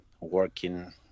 working